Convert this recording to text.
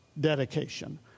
dedication